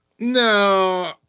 No